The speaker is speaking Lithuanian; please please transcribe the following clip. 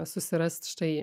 susirast štai